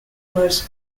most